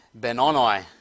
Benoni